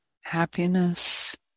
happiness